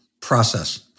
process